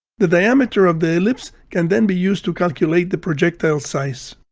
the diameter of the ellipse can then be used to calculate the projectile size.